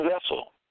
vessel